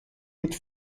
mit